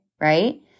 right